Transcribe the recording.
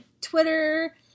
Twitter